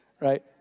right